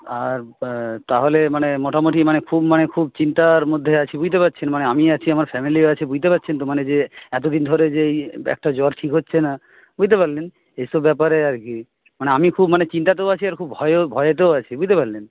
আর তা তাহলে মানে মোটামুটি মানে খুব মানে খুব চিন্তার মধ্যে আছি বুঝতে পারছেন আমি আছি আমার ফ্যামেলি আছে বুঝতে পারছেন তো মানে যে এতদিন ধরে যে এই একটা জ্বর ঠিক হচ্ছে না বুঝতে পারলেন এইসব ব্যাপারে আর কি মানে আমি খুব মানে চিন্তাতেও আছি খুব ভয়ে ভয়েতেও আছি বুঝতে পারলেন